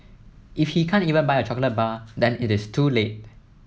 if he can't even buy a chocolate bar then it is too little